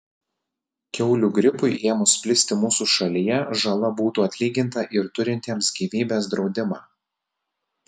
kiaulių gripui ėmus plisti mūsų šalyje žala būtų atlyginta ir turintiems gyvybės draudimą